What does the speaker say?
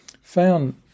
found